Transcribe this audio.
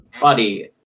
buddy